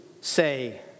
say